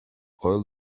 oil